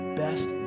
best